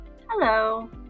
hello